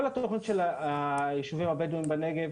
כל התוכנית של הישובים הבדווים בנגב